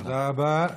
תודה רבה.